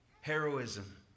heroism